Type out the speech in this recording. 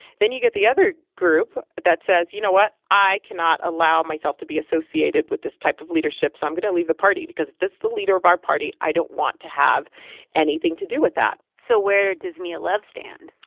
then you get the other group that says, you know what? i cannot allow myself to be associated with this type of leadership, so i'm going to leave the party because if this is the leader of our party, i don't want to have anything to do with that so where does mia love stand?